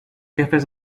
jefes